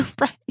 Right